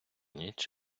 ніч